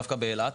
דווקא באילת,